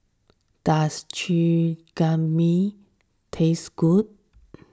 does Chigenabe taste good